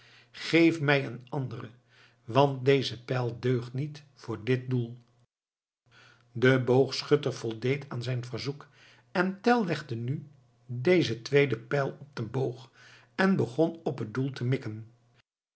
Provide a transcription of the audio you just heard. geef mij een anderen want deze pijl deugt niet voor dit doel de boogschutter voldeed aan zijn verzoek en tell legde nu dezen tweeden pijl op den boog en begon op het doel te mikken